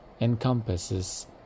encompasses